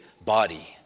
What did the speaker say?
body